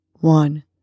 One